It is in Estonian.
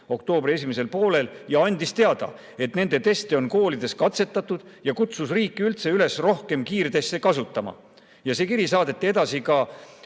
oktoobri esimesel poolel ja andis teada, et nende teste on koolides katsetatud, ja kutsus riiki üldse üles rohkem kiirteste kasutama. Selle kirja saatis Mari-Anne